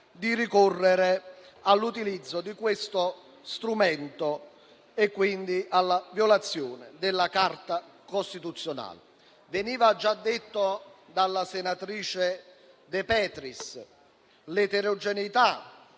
di ricorrere all'utilizzo di questo strumento, e quindi alla violazione della Carta costituzionale. Come veniva sottolineato dalla senatrice De Petris, l'eterogeneità